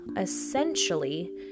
Essentially